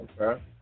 Okay